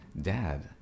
dad